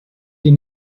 die